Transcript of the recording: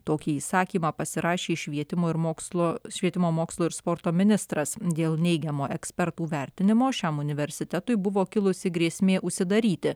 tokį įsakymą pasirašė švietimo ir mokslo švietimo mokslo ir sporto ministras dėl neigiamo ekspertų vertinimo šiam universitetui buvo kilusi grėsmė užsidaryti